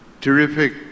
terrific